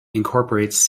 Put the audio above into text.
incorporates